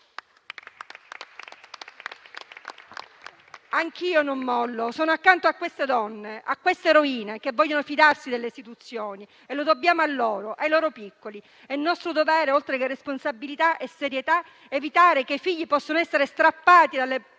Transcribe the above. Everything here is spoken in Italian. Anch'io non mollo. Sono accanto a quelle donne, a quelle eroine che vogliono fidarsi delle istituzioni. Lo dobbiamo a loro e ai loro piccoli. È nostro dovere, oltre che responsabilità e serietà, evitare che i figli possano essere strappati alle proprie